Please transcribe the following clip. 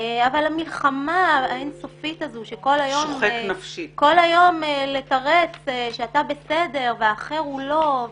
אבל המלחמה האין סופית הזו וכל היום לתרץ שאתה בסדר והאחר הוא לא,